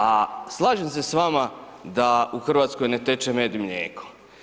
A slažem se s vama da u Hrvatskoj ne teče med i mlijeko.